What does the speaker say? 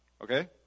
Okay